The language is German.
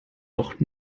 doch